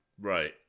Right